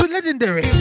Legendary